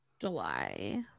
July